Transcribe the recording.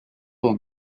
mon